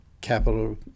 capital